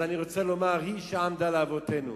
אני רוצה לומר, היא שעמדה לאבותינו,